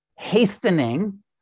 Hastening